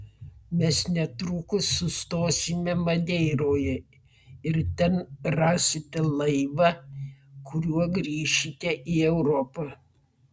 mes netrukus sustosime madeiroje ir ten rasite laivą kuriuo grįšite į europą